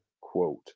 quote